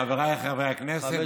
חבריי חברי הכנסת,